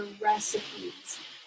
recipes